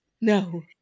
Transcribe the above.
No